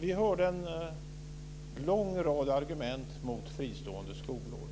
Vi hörde en lång rad argument mot fristående skolor.